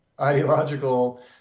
ideological